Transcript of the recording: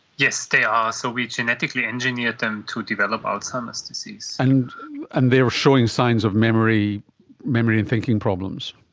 yes, they are, so we genetically engineered them to develop alzheimer's disease. and and they were showing signs of memory memory and thinking problems?